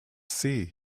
sea